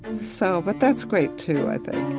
so, but that's great too, i think